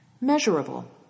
Measurable